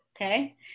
Okay